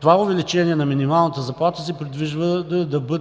това увеличение на минималната заплата се предвижда